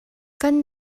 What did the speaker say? kan